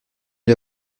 ils